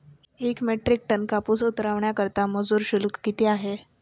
एक metric ton कापूस उतरवण्याकरता मजूर शुल्क किती आहे?